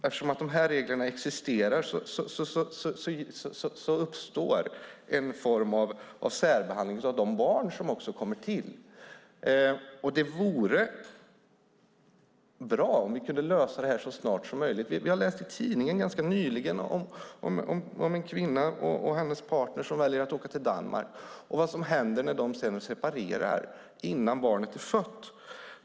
Eftersom de här reglerna existerar uppstår en form av särbehandling också av de barn som kommer till. Det vore bra om vi kunde lösa det här så snart som möjligt. Vi har kunnat läsa i tidningen ganska nyligen om en kvinna och hennes partner som valt att åka till Danmark och vad som händer när de sedan separerar innan barnet är fött.